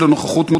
(הרחבת ההגדרה "אלימות מילולית"),